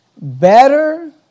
Better